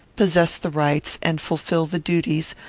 possess the rights, and fulfil the duties,